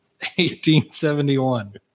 1871